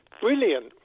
brilliant